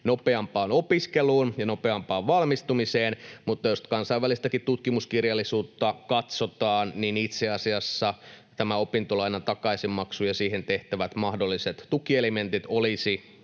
nopeampaan opiskeluun ja nopeampaan valmistumiseen. Jos kansainvälistäkin tutkimuskirjallisuutta katsotaan, niin itse asiassa tämä opintolainan takaisinmaksu ja siihen tehtävät mahdolliset tukielementit olisi